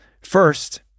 first